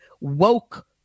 woke